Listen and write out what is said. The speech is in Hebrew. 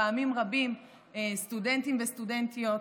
פעמים רבות סטודנטים וסטודנטיות,